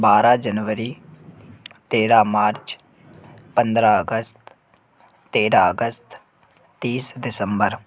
बारह जनवरी तेरह मार्च पन्द्रह अगस्त तेरह अगस्त तीस दिसम्बर